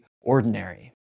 ordinary